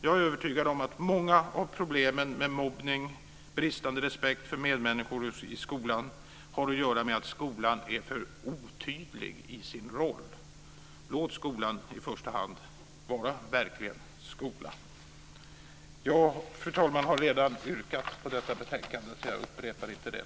Jag är övertygad om att många av problemen med mobbning och bristande respekt för medmänniskor i skolan har att göra med att skolan är för otydlig i sin roll. Låt skolan i första hand verkligen vara skola! Fru talman! Jag har redan yrkat när det gäller detta betänkande så jag upprepar inte det.